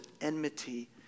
enmity